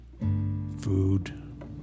food